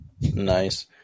Nice